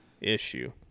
issue